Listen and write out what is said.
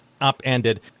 upended